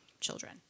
children